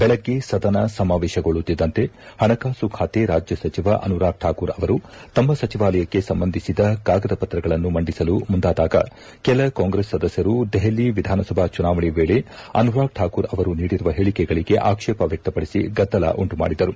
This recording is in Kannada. ಬೆಳಗ್ಗೆ ಸದನ ಸಮಾವೇಶಗೊಳ್ಳುತ್ತಿದ್ದಂತೆ ಹಣಕಾಸು ಖಾತೆ ರಾಜ್ಯ ಸಚಿವ ಅನುರಾಗ್ ಠಾಕೂರ್ ಅವರು ತಮ್ಮ ಸಚಿವಾಲಯಕ್ಕೆ ಸಂಬಂಧಿಸಿದ ಕಾಗದ ಪತ್ರಗಳನ್ನು ಮಂಡಿಸಲು ಮುಂದಾದಾಗ ಕೆಲ ಕಾಂಗ್ರೆಸ್ ಸದಸ್ಯರು ದೆಪಲಿ ವಿಧಾನಸಭಾ ಚುನಾವಣೆ ವೇಳೆ ಅನುರಾಗ್ ಠಾಕೂರ್ ಅವರು ನೀಡಿರುವ ಹೇಳಿಕೆಗಳಿಗೆ ಆಕ್ಷೇಪ ವ್ಯಕ್ತಪಡಿಸಿ ಗದ್ದಲ ಉಂಟು ಮಾಡಿದರು